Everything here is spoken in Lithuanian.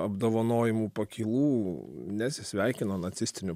apdovanojimų pakylų nesisveikino nacistiniu